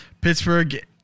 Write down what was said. Pittsburgh